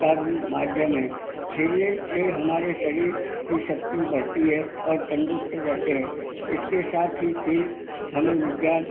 का भी माध्यम है खेलने से हमारे शरीर की शक्ति बढ़ती है और तंदरुस्त रहते है इसके साथ ही खेल हमें विज्ञान